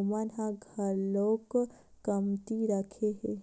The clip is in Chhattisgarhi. ओमन ह घलोक कमती रखे हे